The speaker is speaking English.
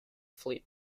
fleet